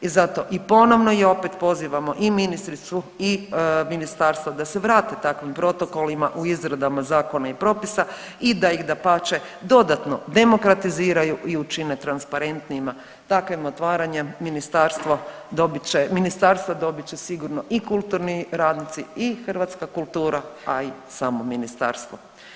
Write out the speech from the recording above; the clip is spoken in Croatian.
I zato i ponovno i opet pozivamo i ministricu i ministarstvo da se vrati takvim protokolima u izradama zakona i propisa i da ih dapače dodatno demokratiziraju i učine transparentnijima, takvim otvaranjem ministarstva dobit će sigurno i kulturni radnici i hrvatska kultura, a i samo ministarstvo.